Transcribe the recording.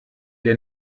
der